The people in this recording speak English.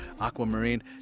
aquamarine